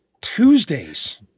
tuesdays